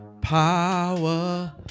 power